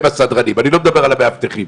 זה סדרן --- לא,